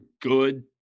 good